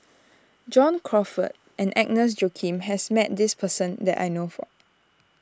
John Crawfurd and Agnes Joaquim has met this person that I know for